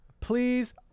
please